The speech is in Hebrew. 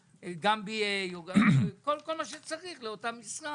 ואת כל מה שצריך לאותה המשרה